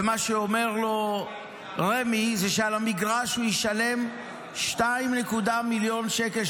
ומה שאומר לו רמ"י הוא שעל המגרש הוא ישלם 2.1 מיליון שקל,